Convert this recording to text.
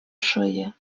шиє